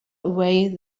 away